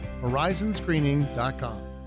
Horizonscreening.com